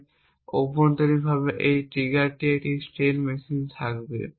তাই অভ্যন্তরীণভাবে এই ট্রিগারটির একটি স্টেট মেশিন থাকবে